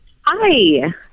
Hi